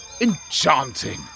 Enchanting